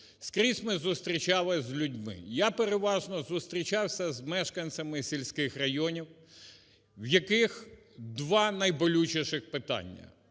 Скрізь ми зустрічались з людьми. Я переважно зустрічався з мешканцями сільських районів, в яких два найболючіших питання.